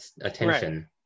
attention